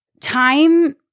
time